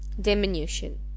diminution